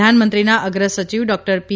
પ્રધાનમંત્રીના અગ્રસચિવ ડૉકટર પી